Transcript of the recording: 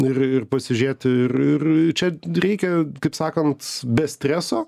ir ir pasižiūrėt ir ir čia reikia kaip sakant be streso